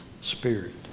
spirit